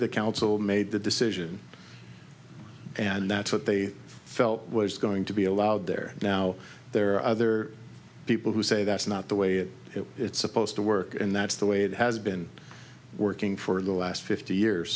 the council made the decision and that's what they felt was going to be allowed there now there are other people who say that's not the way it is it's supposed to work and that's the way it has been working for the last fifty years